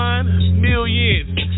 Millions